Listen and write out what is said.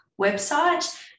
website